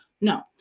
No